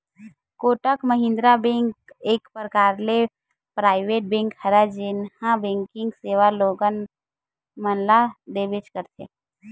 Kotak Mahindra bank एक परकार ले पराइवेट बेंक हरय जेनहा बेंकिग सेवा लोगन मन ल देबेंच करथे